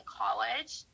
college